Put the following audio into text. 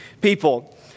people